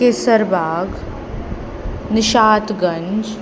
Kaiserbagh Nishatganj